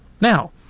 Now